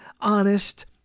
honest